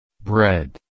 Bread